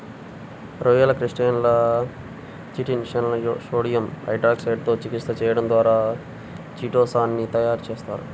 రొయ్యలు, క్రస్టేసియన్ల చిటిన్ షెల్లను సోడియం హైడ్రాక్సైడ్ తో చికిత్స చేయడం ద్వారా చిటో సాన్ ని తయారు చేస్తారు